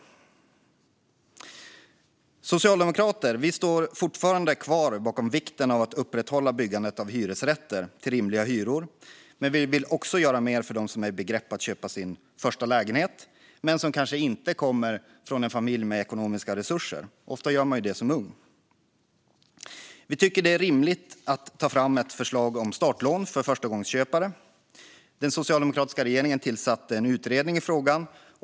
Vi socialdemokrater står fortfarande bakom vikten av att upprätthålla byggandet av hyresrätter till rimliga hyror, men vi vill också göra mer för dem som står i begrepp att köpa sin första lägenhet men kanske inte kommer från en familj med ekonomiska resurser. Ofta är det så för unga. Vi tycker att det är rimligt att ta fram ett förslag om startlån för förstagångsköpare. Den socialdemokratiska regeringen tillsatte en utredning i frågan.